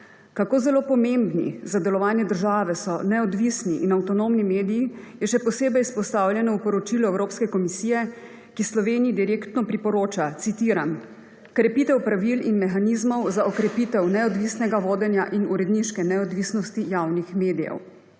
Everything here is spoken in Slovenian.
Kako zelo pomembni za delovanje države so neodvisni in avtonomni mediji, je še posebej izpostavljeno v poročilu Evropske komisije, ki Sloveniji direktno priporoča, citiram: »Krepitev pravil in mehanizmov za okrepitev neodvisnega vodenja in uredniške neodvisnosti javnih medijev.«